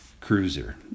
cruiser